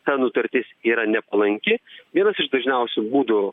ta nutartis yra nepalanki vienas iš dažniausių būdų